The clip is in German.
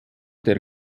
der